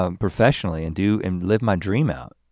um professionally and do and live my dream out.